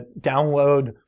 download